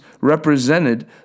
represented